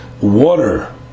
water